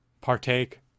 partake